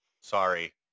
Sorry